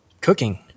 cooking